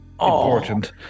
important